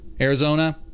Arizona